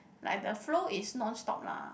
like the flow is non stop lah